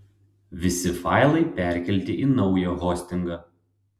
visi failai perkelti į naują hostingą